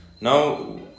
Now